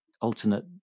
alternate